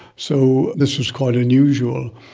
so this was quite unusual.